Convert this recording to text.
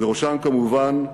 ובראשם כמובן,